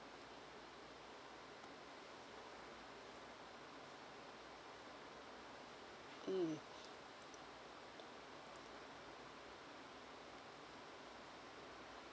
mm